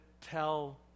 tell